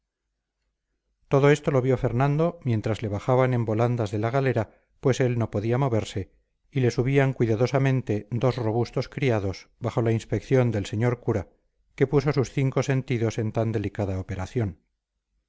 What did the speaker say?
todo esto lo vio fernando mientras le bajaban en volandas de la galera pues él no podía moverse y le subían cuidadosamente dos robustos criados bajo la inspección del señor cura que puso sus cinco sentidos en tan delicada operación